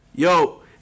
Yo